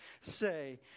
say